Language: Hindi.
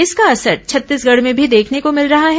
इसका असर छत्तीसगढ़ में भी देखने को भिल रहा है